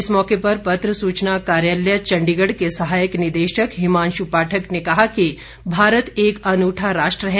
इस मौके पर पत्र सूचना कार्यलय के चंडीगढ़ के साहयक निदेशक हिमांशू पाठक ने कहा कि भारत एक अनूठा राष्ट्र है